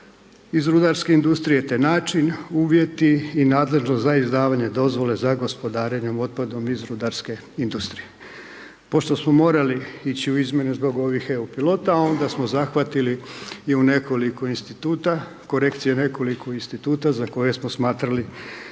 iz rudarske industrije, te način, uvjeti i nadležnost za izdavanje dozvole za gospodarenjem otpadom iz rudarske industrije. Pošto smo morali ići u izmjene zbog ovih EU pilota, onda smo zahvatili i u nekoliko Instituta, korekcije nekoliko Instituta, za koje smo smatrali